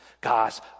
God's